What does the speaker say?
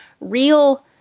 real